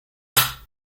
isso